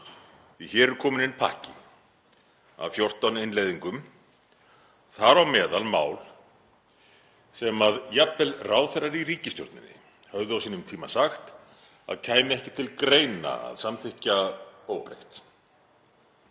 Hér er kominn inn pakki af 14 innleiðingum, þar á meðal mál sem jafnvel ráðherrar í ríkisstjórninni höfðu á sínum tíma sagt að kæmi ekki til greina að samþykkja óbreytt.